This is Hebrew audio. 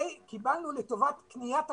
קיבלנו לטובת קניית הכלים.